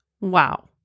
Wow